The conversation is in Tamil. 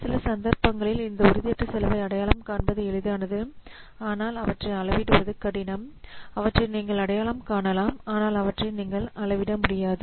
சில சந்தர்ப்பங்களில் இந்த உறுதியற்ற செலவை அடையாளம் காண்பது எளிதானது ஆனால் அவற்றை அளவிடுவது கடினம் அவற்றை நீங்கள் அடையாளம் காணலாம் ஆனால் அவற்றை நீங்கள் அளவிட முடியாது